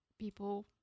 people